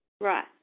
Right